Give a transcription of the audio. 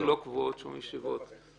לא קבועות שום ישיבות.